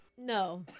No